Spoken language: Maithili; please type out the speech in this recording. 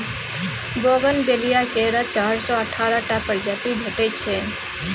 बोगनबेलिया केर चारि सँ अठारह टा प्रजाति भेटै छै